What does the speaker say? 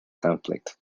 conflict